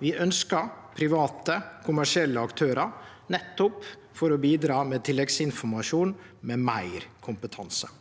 Vi ønskjer private, kommersielle aktørar nettopp for å bidra med tilleggsinformasjon og meir kompetanse.